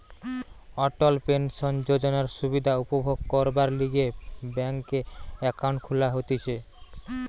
অটল pension যোজনার সুবিধা উপভোগ করবার লিগে ব্যাংকে একাউন্ট খুলা হতিছে